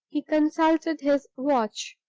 he consulted his watch,